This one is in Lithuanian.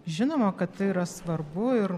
žinoma kad tai yra svarbu ir